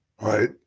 right